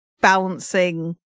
balancing